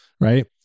right